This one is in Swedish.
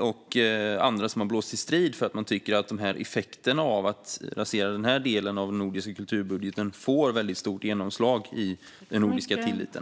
och andra som har blåst till strid för att de tycker att effekterna av att rasera denna del av den nordiska kulturbudgeten får ett väldigt stort genomslag på den nordiska tilliten?